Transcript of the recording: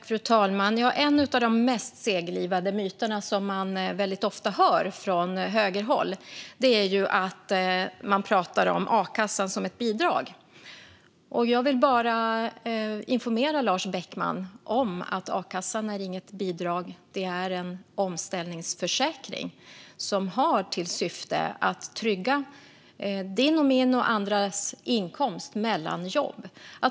Fru talman! En av de mest seglivade myterna som man ofta hör från högerhåll är att a-kassan är ett bidrag. Jag vill informera Lars Beckman om att a-kassan inte är något bidrag. Det är en omställningsförsäkring som har till syfte att trygga din, min och andras inkomst mellan jobb.